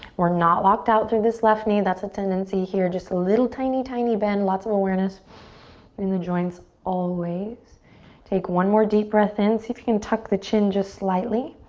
we're not locked out through this left knee that's a tendency here just a little tiny tiny been lots of awareness in the joints always take one more deep breath in see if you can tuck the chin just slightly